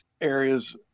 areas